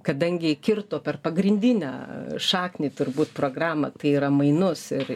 kadangi kirto per pagrindinę šaknį turbūt programą tai yra mainus ir